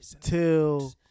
till